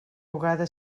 bugada